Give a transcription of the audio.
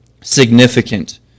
significant